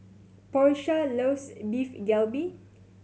Porsha loves Beef Galbi